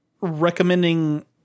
recommending